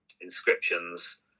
inscriptions